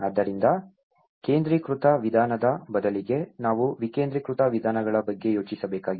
ಆದ್ದರಿಂದ ಕೇಂದ್ರೀಕೃತ ವಿಧಾನದ ಬದಲಿಗೆ ನಾವು ವಿಕೇಂದ್ರೀಕೃತ ವಿಧಾನಗಳ ಬಗ್ಗೆ ಯೋಚಿಸಬೇಕಾಗಿದೆ